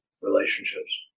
relationships